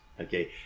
Okay